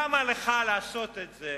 למה לך לעשות את זה